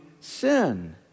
sin